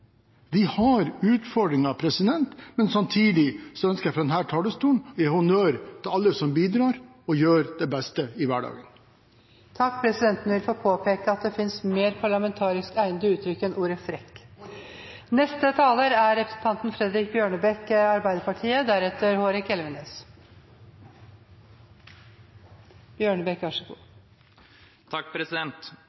har utfordringer, men samtidig ønsker jeg fra denne talerstolen å gi honnør til alle som bidrar og gjør det beste i hverdagen. Presidenten vil få påpeke at det finnes mer parlamentarisk egnede uttrykk enn ordet «frekk». Det er